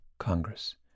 Congress